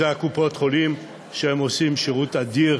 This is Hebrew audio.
אלה קופות-חולים שעושות שירות אדיר,